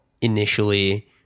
initially